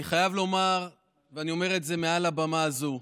אני חייב לומר, ואני אומר את זה מעל הבמה הזאת: